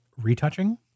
retouching